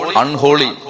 unholy